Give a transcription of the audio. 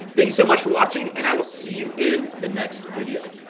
thanks so much for watching and i will see you in the next video